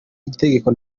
itegeko